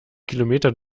kilometer